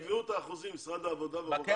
יקבעו את האחוזים - משרד העבודה והרווחה,